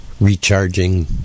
recharging